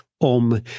OM